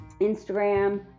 Instagram